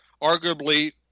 arguably